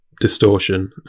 distortion